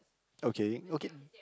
okay okay